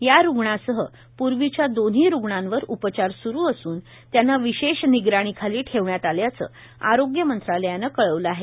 या रुग्णासह पूर्वीच्या दोन्ही रुग्णांवर उपचार सुरू असून त्यांना विशेष निगराणीखाली ठेवण्यात असल्याचं आरोग्य मंत्रालयानं कळवलं आहे